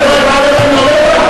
אתם לא הבנתם מה אני אומר לו?